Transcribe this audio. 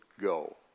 go